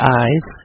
eyes